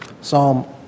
Psalm